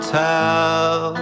tell